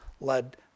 led